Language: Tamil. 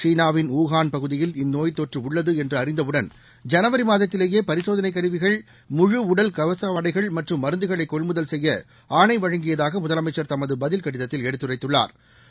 சீனாவின் வூகான் பகுதியில் இந்நோய்த்தொற்று உள்ளது என்று அறிந்தவுடன் ஜனவரி மாதத்திலேயே பரிசோதனை கருவிகள் முழு உடல் கவச உடைகள் மற்றும் மருந்துகளை கொள்முதல் செய்ய ஆணை வழங்கியதாக முதலமைச்சா் தமது பதில் கடிதத்தில் எடுத்துரைத்துள்ளாா்